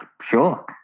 sure